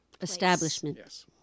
establishment